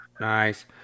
Nice